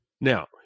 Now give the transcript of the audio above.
Now